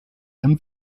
and